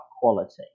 quality